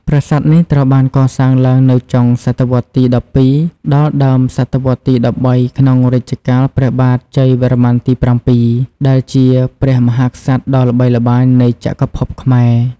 ប្រាសាទនេះត្រូវបានកសាងឡើងនៅចុងសតវត្សទី ១២ ដល់ដើមសតវត្សទី ១៣ ក្នុងរជ្ជកាលព្រះបាទជ័យវរ្ម័នទី ៧ ដែលជាព្រះមហាក្សត្រដ៏ល្បីល្បាញនៃចក្រភពខ្មែរ។